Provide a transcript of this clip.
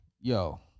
Yo